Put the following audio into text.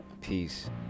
peace